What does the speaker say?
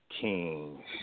King